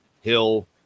Hill